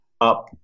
up